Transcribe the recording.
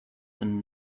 and